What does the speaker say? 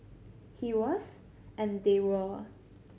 he was and they were